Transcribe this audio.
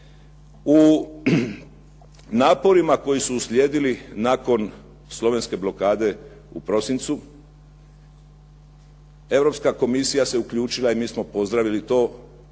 U naporima koji su uslijedili nakon slovenske blokade u prosincu Europska komisija se uključila i mi smo pozdravili to sa